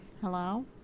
Hello